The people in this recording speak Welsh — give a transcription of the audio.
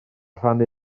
rhannu